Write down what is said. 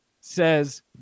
says